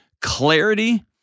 clarity